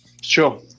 Sure